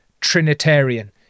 Trinitarian